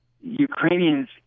Ukrainians